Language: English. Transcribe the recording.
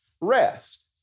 rest